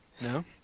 No